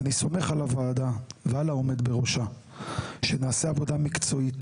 אני סומך על הוועדה ועל העומד בראשה שנעשה עבודה מקצועית,